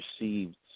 received